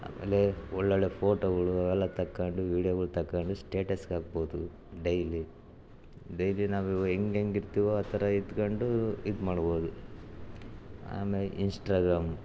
ಆಮೇಲೆ ಒಳ್ಳೊಳ್ಳೆ ಫೋಟೋಗಳು ಅವೆಲ್ಲ ತೆಕ್ಕೊಂಡು ವೀಡಿಯೊಗಳು ತೆಕ್ಕೊಂಡು ಸ್ಟೇಟಸ್ಗೆ ಹಾಕ್ಬೋದು ಡೈಲಿ ಡೈಲಿ ನಾವು ಇವಾ ಹೆಂಗೆಂಗೆ ಇರ್ತೀವೊ ಆ ಥರ ಇದ್ಕೊಂಡು ಇದು ಮಾಡ್ಬೋದು ಅಮೇಲೆ ಇನ್ಸ್ಟ್ರಾಗ್ರಾಮ್